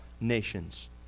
nations